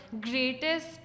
greatest